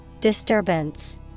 Disturbance